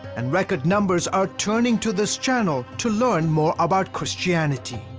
and record numbers are turning to this channel to learn more about christianity.